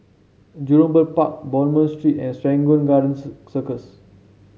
Jurong Bird Park Bonham Street and Serangoon Gardens Circus